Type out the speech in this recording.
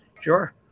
Sure